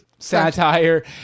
Satire